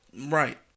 Right